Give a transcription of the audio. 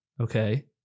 Okay